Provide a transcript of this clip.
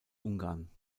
ungarn